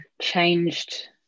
changed